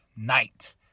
Night